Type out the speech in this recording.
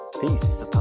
Peace